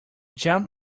jump